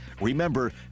Remember